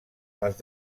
les